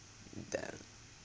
damn